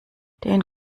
den